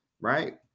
right